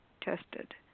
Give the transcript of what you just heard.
tested